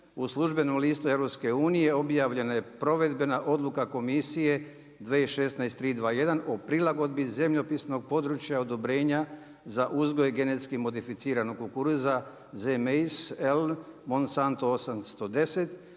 u službenom listu EU-a, objavljena je provedbena Odluka komisije 2016/321 o prilagodbi zemljopisnog područja odobrenja za uzgoj GMO kukuruza Z maize L Monstanto 810,